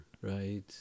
right